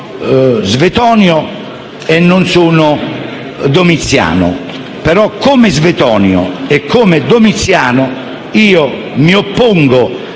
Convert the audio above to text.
Svetonio e non sono Domiziano. Però, come Svetonio e come Domiziano, mi oppongo